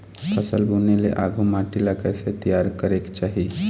फसल बुने ले आघु माटी ला कइसे तियार करेक चाही?